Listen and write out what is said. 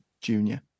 Junior